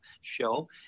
show